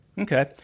Okay